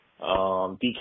DK